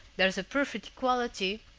there's a perfect equality,